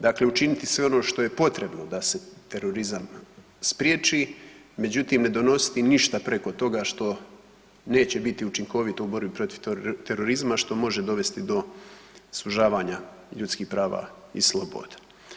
Dakle učiniti sve ono što je potrebno da se terorizam spriječi, međutim, ne donositi ništa preko toga što neće biti učinkovito u borbi protiv terorizma, što može dovesti do sužavanja ljudskih prava i slobode.